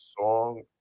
song